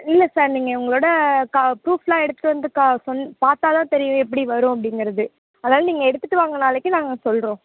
இல்லை சார் நீங்கள் உங்களோட கா ப்ரூஃப்லாம் எடுத்துகிட்டு வந்து கா சொன் பார்த்தா தான் தெரியும் எப்படி வரும் அப்படிங்கிறது அதால நீங்கள் எடுத்துகிட்டு வாங்க நாளைக்கு நாங்கள் சொல்கிறோம்